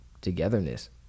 togetherness